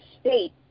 state